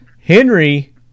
Henry